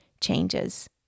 changes